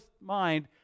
mind